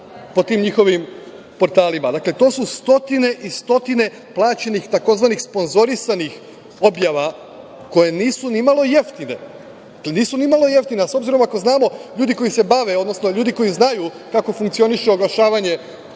po tim njihovim portalima. Dakle, to su stotine i stotine plaćenih tzv. sponzorisanih objava koje nisu ni malo jeftine. S obzirom ako znamo da ljudi koji se bave, odnosno ljudi koji znaju kako funkcioniše oglašavanje